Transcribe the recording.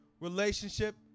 relationship